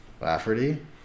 Lafferty